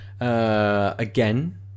Again